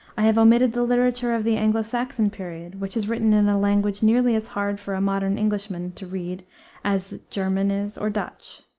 i have omitted the literature of the anglo-saxon period, which is written in a language nearly as hard for a modern englishman to read as german is, or dutch.